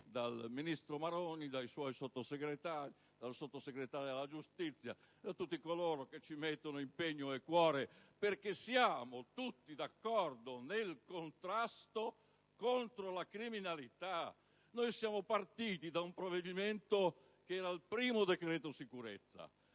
dal ministro Maroni, dai suoi Sottosegretari, dal Sottosegretario alla giustizia e da tutti coloro che ci hanno messo impegno e cuore, perché siamo tutti d'accordo nel contrastare la criminalità. Siamo partiti da un provvedimento, il primo decreto sicurezza,